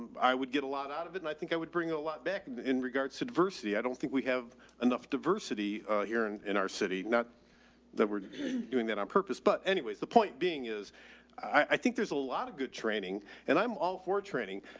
i would get a lot out of it and i think i would bring a lot back in regards to diversity. i don't think we have enough diversity here and in our city, not that we're doing that on purpose. but anyways, the point being is i think there's a lot of good training and i'm all for training,